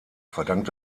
verdankt